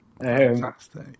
Fantastic